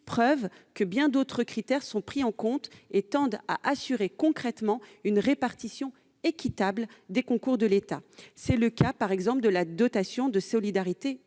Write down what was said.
preuve que bien d'autres critères sont pris en compte et tendent à assurer, concrètement, une répartition équitable des concours de l'État. C'est le cas, par exemple, dans la dotation de solidarité rurale,